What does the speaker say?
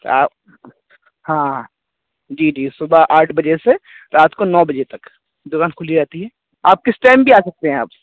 تو آپ ہاں ہاں جی جی صبح آٹھ بجے سے رات کو نو بجے تک دکان کھلی رہتی ہے آپ کس ٹائم بھی آ سکتے ہیں آپ